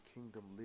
Kingdom